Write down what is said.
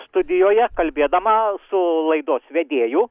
studijoje kalbėdama su laidos vedėju